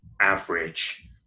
average